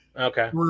Okay